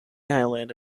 island